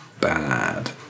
bad